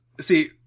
See